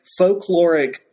folkloric